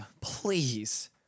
Please